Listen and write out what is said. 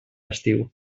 estiu